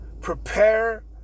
Prepare